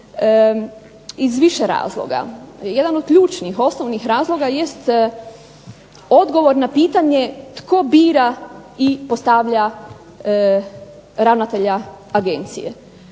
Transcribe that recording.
iz više razloga. Jeda od ključnih, osnovnih razloga jest odgovor na pitanje tko bira i postavlja ravnatelja Agencije.